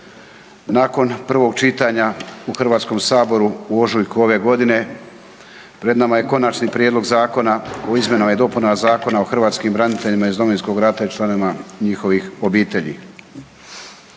Nakon prvog čitanja u Hrvatskom saboru u ožujku ove godine, pred nama je Konačni prijedlog zakona o izmjenama i dopunama Zakona o hrvatskim braniteljima iz Domovinskog rata i članovima njihovih obitelji.